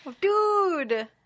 Dude